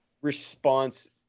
response